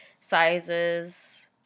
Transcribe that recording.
sizes